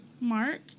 Mark